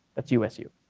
that's usu.